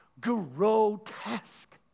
Grotesque